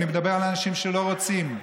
אני מדבר על אנשים שלא רוצים,